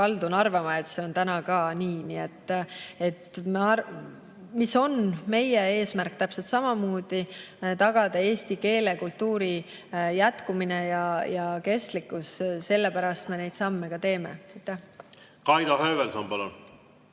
kaldun arvama, et see on ka täna nii. Aga meie eesmärk on täpselt samamoodi tagada eesti keele ja kultuuri jätkumine ja kestlikkus. Sellepärast me neid samme teeme. Kaido Höövelson, palun!